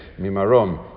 Mimarom